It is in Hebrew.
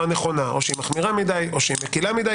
נכונה או שהיא מחמירה מדי או שהיא מקילה מדי.